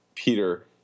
Peter